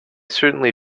certainly